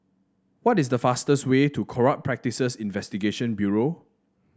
what is the fastest way to Corrupt Practices Investigation Bureau